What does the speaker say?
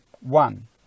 One